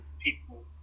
people